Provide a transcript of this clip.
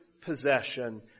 possession